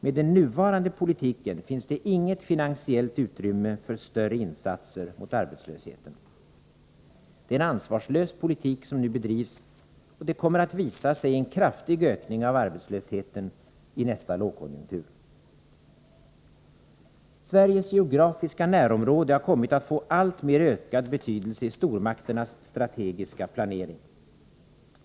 Med den nuvarande politiken finns det inget finansiellt utrymme för större insatser mot arbetslösheten. Det är en ansvarslös politik som nu bedrivs, och det kommer att visa sig i en kraftig ökning av arbetslösheten i nästa lågkonjunktur. Sveriges geografiska närområde har kommit att få alltmer ökad betydelse i stormakternas strategiska planering.